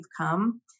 come